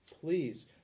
Please